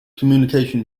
communication